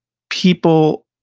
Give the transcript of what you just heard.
people,